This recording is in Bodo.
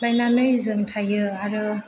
लायनानै जों थायो आरो